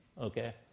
Okay